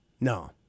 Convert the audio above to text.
No